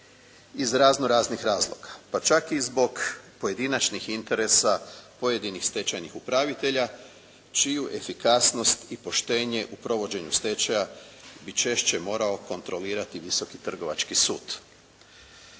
iz raznoraznih razloga, pa čak i zbog pojedinačnih interesa pojedinih stečajnih upravitelja čiju efikasnost i poštenje u provođenju bi češće morao kontrolirati viski Trgovački sud.